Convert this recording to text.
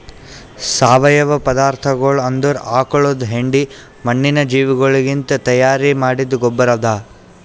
ಸಾವಯವ ಪದಾರ್ಥಗೊಳ್ ಅಂದುರ್ ಆಕುಳದ್ ಹೆಂಡಿ, ಮಣ್ಣಿನ ಜೀವಿಗೊಳಲಿಂತ್ ತೈಯಾರ್ ಮಾಡಿದ್ದ ಗೊಬ್ಬರ್ ಅದಾ